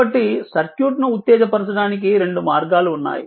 కాబట్టి సర్క్యూట్ ను ఉత్తేజపరచడానికి రెండు మార్గాలు ఉన్నాయి